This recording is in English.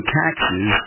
taxes